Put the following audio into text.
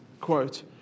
quote